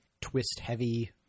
twist-heavy